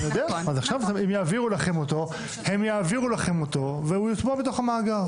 אז עכשיו הם יעבירו לכם אותו והוא יוטמע בתוך המאגר.